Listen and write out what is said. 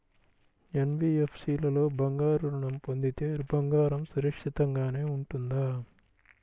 NBFC లో బంగారు ఋణం పొందితే బంగారం సురక్షితంగానే ఉంటుందా?